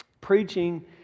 Preaching